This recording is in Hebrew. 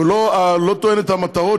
הוא לא תואם את המטרות,